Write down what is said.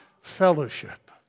fellowship